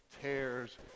tears